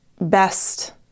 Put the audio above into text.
best